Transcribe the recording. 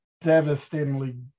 devastatingly